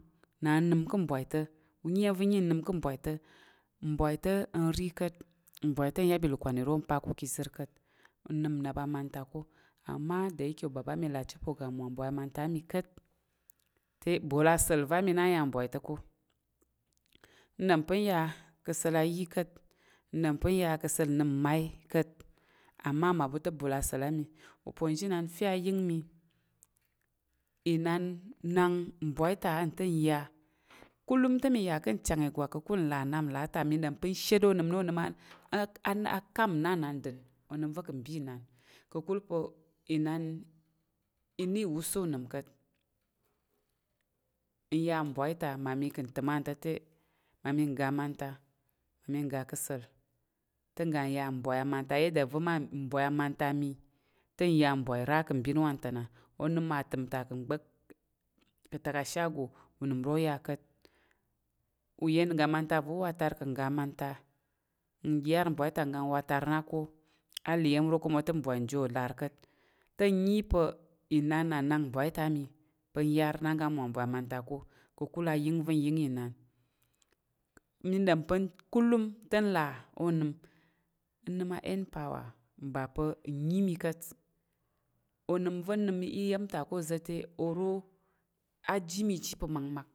Na nəm kə ngbwai tá u nyi iyəm vo nyi nnəm ka̱ ngbwai ta ngbwai ta̱ ngrə kat. Ngbwaita ngyam ilumkwan iro ngpa ka̱ kat. Ng nəm nap a manta ko "amma da yake" ubaba mə lacit pa̱ oga ng mwa ngbwai a manta amə na ng ya ngbwa tə ko ng dom pa ng ya kə səl ayə kat. Ng dom pa̱ ngya kə səl ngnəm ng mai kat. "Amma" mabu tə bol asəl amə. Uponzhi inan nang ngbwai ta a tə ngya kulum tə mə ya kən ng chang igwak kəkul ngla nap la ata, mə ya kən ng chang igwak kəkul ngla nap la ata, mə dom pa ng shət onəm na onəm a kam nnanandər onəm vo a ng bi inan ka kul pa inan ina iwuswa unem kat. Ng ya ngbwai ta ma mə kən təm wan to tə, ma mə kən ga amanta, ma mə ga ká səl tə ng ga ya ngbwai amanto a ya da vo "man" ngbwai amanta mə tə ngya ngbwai ra kən ngbin wantana. Onəm ma təm ta kən ngbək kə tak a "shago" unəm ro ya kat. Uyən ga amanta vo water kən ga amanta ng yar ngbwai ta ng ga ngwatar nako, a la iyəm ro motə ngbwai ng jəwo lar kat. Tə ng nyi pa inan anang ngbwai ta ami pa ng yar na ng g ng mwa ngbwai amanta ko. Kakul a yəng vo ng yəng inan. Mə dom pa "kulum" tə ng la o nəm. Ng nəm a "n- power" ba pa ng nyi iyəm ta ko oza tə oro aji mə ji pa makmak